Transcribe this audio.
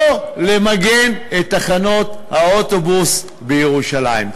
שלא למגן את תחנות האוטובוס בירושלים.